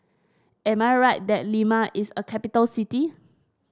am I right that Lima is a capital city